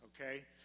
okay